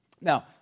Now